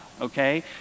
okay